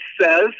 says